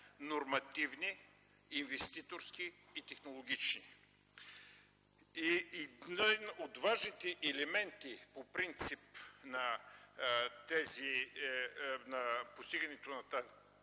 нормативни, инвеститорски и технологични. Един от важните елементи по принцип на постигането на тази